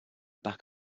back